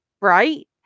right